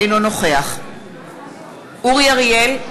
אינו נוכח אורי אריאל,